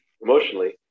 Emotionally